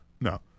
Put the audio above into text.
No